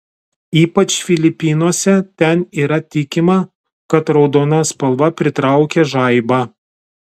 ypač filipinuose ten yra tikima kad raudona spalva pritraukia žaibą